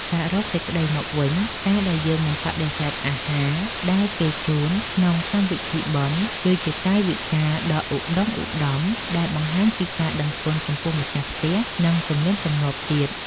សរុបសេចក្តីមកវិញ ការដែលយើងមិនបដិសេធអាហារដែលគេជូនក្នុងកម្មវិធីបុណ្យ គឺជាកាយវិការដ៏ឧត្តុង្គឧត្តមដែលបង្ហាញពីការដឹងគុណចំពោះម្ចាស់ផ្ទះនិងទំនៀមទម្លាប់ជាតិ។